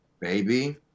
Baby